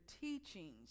teachings